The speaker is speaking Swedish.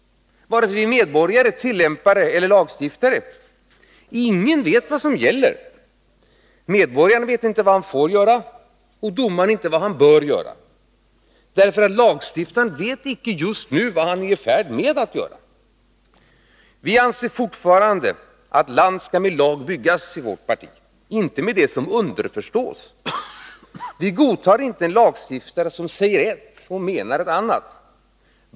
Varken som medborgare, tillämpare eller lagstiftare vet vi vad som gäller. Ingen vet vad som gäller. Medborgaren vet inte vad han får göra och domaren inte vad han bör göra, därför att lagstiftaren inte vet vad han just nu är i färd med att göra. Vårt parti anser fortfarande att land skall med lag byggas, inte med det som underförstås. Vi godtar inte en lagstiftare som säger ett och menar ett annat.